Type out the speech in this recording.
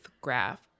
graph